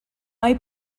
hay